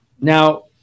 Now